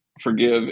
Forgive